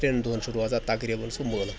ترٛٮ۪ن دۄہَن چھُ روزان تقریٖباً سُہ مٲلہٕ